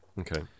Okay